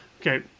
Okay